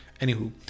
anywho